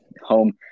home